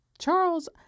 Charles